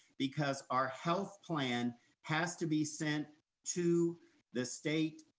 because our health plan has to be sent to the state,